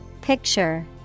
Picture